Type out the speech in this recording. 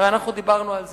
הרי אנחנו דיברנו על זה,